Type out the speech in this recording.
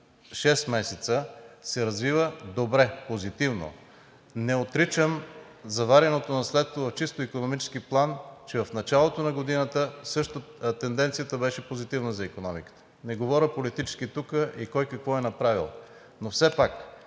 месеца се развива добре, позитивно. Не отричам завареното наследство в чисто икономически план, че в началото на годината също тенденцията беше позитивна за икономиката. Не говоря политически тук и кой какво е направил, но все пак